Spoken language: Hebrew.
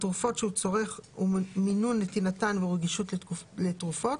התרופות שהוא צורך ומינון נתינתן ורגישות לתרופות,